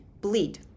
bleed